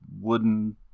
wooden